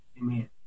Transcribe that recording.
Amen